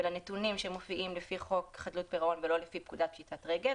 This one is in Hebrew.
ולנתונים שמופעים לפי חוק חדלות פירעון ולא לפי פקודת פשיטת רגל.